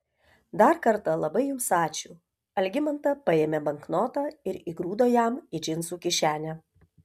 dar kartą labai jums ačiū algimanta paėmė banknotą ir įgrūdo jam į džinsų kišenę